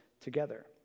together